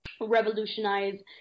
revolutionize